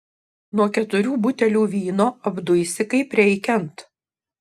nuo keturių butelių vyno apduisi kaip reikiant